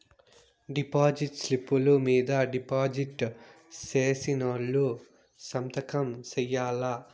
deposit స్లిప్పులు మీద deposit సేసినోళ్లు సంతకం సేయాల్ల